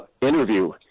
interview